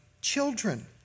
children